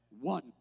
One